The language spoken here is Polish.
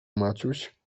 maciuś